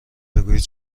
بگویید